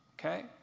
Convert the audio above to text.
okay